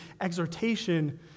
exhortation